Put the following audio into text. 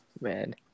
Man